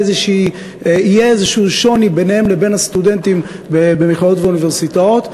איזשהו שוני ביניהם לבין הסטודנטים במכללות ובאוניברסיטאות.